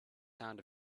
sound